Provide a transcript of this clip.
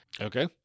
Okay